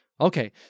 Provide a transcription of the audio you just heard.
Okay